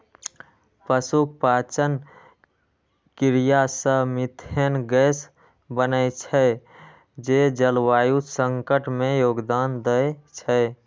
पशुक पाचन क्रिया सं मिथेन गैस बनै छै, जे जलवायु संकट मे योगदान दै छै